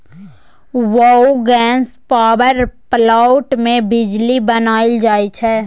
biogas power plant मे बिजली बनाएल जाई छै